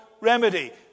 remedy